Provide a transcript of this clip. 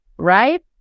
right